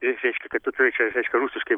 jis reiškia kad tu turi čia rusiškai